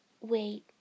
Wait